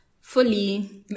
fully